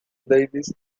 davis